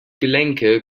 gelenke